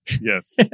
Yes